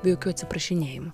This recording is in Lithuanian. be jokių atsiprašinėjimų